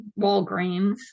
walgreens